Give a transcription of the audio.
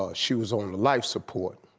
ah she was on the life support.